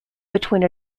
between